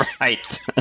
Right